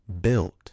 BUILT